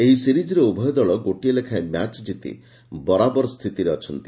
ଏହି ସିରିଜ୍ରେ ଉଭୟ ଦଳ ଗୋଟିଏ ଲେଖାଏଁ ମ୍ୟାଚ୍ କିତି ବରାବର ସ୍ଥିତିର ଅଛନ୍ତି